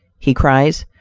he cries,